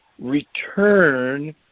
return